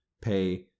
pay